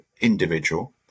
individual